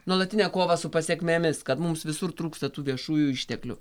nuolatinę kovą su pasekmėmis kad mums visur trūksta tų viešųjų išteklių